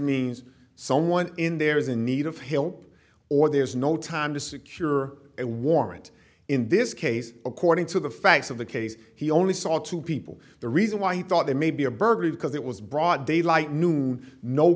means someone in there is in need of help or there's no time to secure a warrant in this case according to the facts of the case he only saw two people the reason why he thought there may be a burglary because it was broad daylight noon no